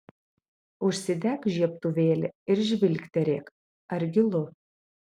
užsidek žiebtuvėlį ir žvilgterėk ar gilu